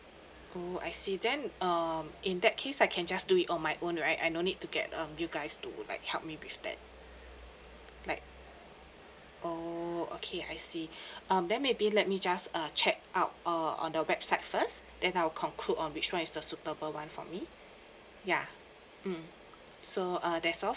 oh I see then um in that case I can just do it on my own right I no need to get um you guys to like help me with that like oh okay I see um then maybe let me just uh check out uh on the website first then I'll conclude uh which one is the suitable one for me ya mm so uh that's all